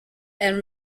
and